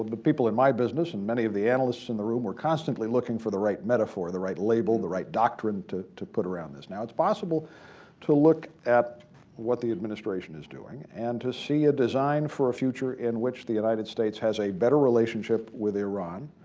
the people in my business and many of the analysts in the room are constantly looking for the right metaphor, the right label, the right doctrine to to put around this. now, it's possible to look at what the administration is doing and to see a design for a future in which the united states has a better relationship with iran,